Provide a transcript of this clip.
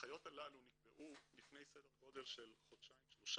שההנחיות הללו נקבעו לפני סדר גודל של חודשיים-שלושה,